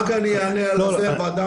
אותה ועדה